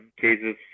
cases